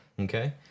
okay